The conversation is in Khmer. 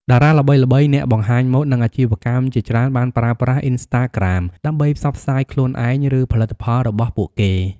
តារាល្បីៗ អ្នកបង្ហាញម៉ូត និងអាជីវកម្មជាច្រើនបានប្រើប្រាស់ អ៊ិនស្តាក្រាម ដើម្បីផ្សព្វផ្សាយខ្លួនឯង ឬផលិតផលរបស់ពួកគេ។